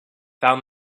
found